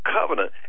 covenant